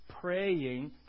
praying